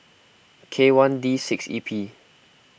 K one D six E P